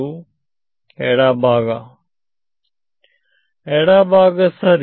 ವಿದ್ಯಾರ್ಥಿ ಎಡಭಾಗ ಎಡಬಾಗ ಸರಿ